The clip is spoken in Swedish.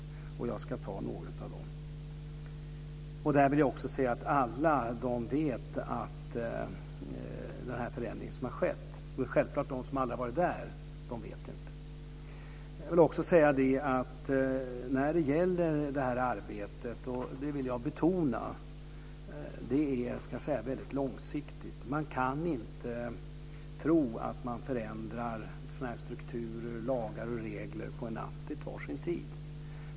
Jag ska ta upp några av dem. Där vill jag också nämna att de alla vet att förändringen har skett. Det är självklart att de som aldrig har varit där inte vet det. Det här arbetet är väldigt långsiktigt - det vill jag betona. Man kan inte tro att man förändrar sådana här strukturer, lagar och regler över en natt, utan det tar sin tid.